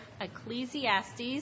Ecclesiastes